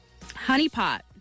Honeypot